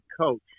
coach